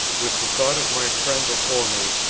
with the thought of my friend before me,